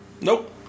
nope